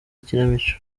ikinamico